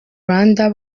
rwanda